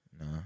nah